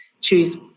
choose